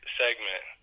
segment